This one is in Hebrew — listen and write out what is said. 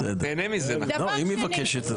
אז את מבינה איך זה נשמע כשאמרת את זה בהתחלה.